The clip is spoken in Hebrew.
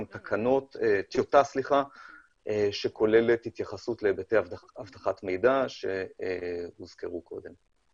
טיוטת תקנות שכוללת התייחסות להיבטי אבטחת מידע שהוזכרו קודם.